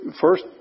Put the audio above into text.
first